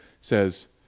says